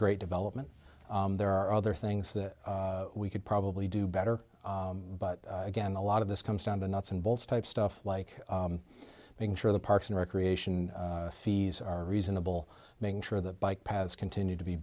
great development there are other things that we could probably do better but again a lot of this comes down the nuts and bolts type stuff like making sure the parks and recreation fees are reasonable making sure that bike paths continue to be